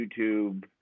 YouTube